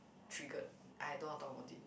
triggered I don't want talk about it